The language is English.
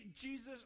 Jesus